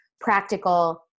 practical